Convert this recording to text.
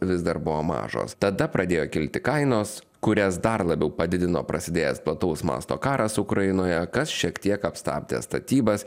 vis dar buvo mažos tada pradėjo kilti kainos kurias dar labiau padidino prasidėjęs plataus masto karas ukrainoje kas šiek tiek apstabdė statybas